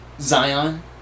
Zion